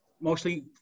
mostly